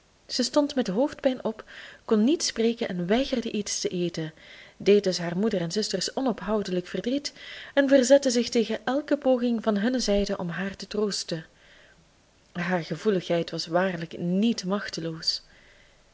ze stond met hoofdpijn op kon niet spreken en weigerde iets te eten deed dus haar moeder en zusters onophoudelijk verdriet en verzette zich tegen elke poging van hunne zijde om haar te troosten haar gevoeligheid was waarlijk niet machteloos